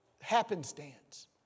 happenstance